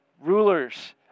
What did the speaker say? Rulers